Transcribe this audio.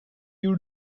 you